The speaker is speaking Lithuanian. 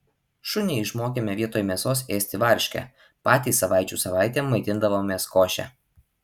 šunį išmokėme vietoj mėsos ėsti varškę patys savaičių savaitėm maitindavomės koše